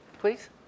Please